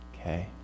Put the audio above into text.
Okay